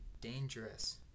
dangerous